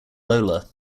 lola